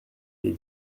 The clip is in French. des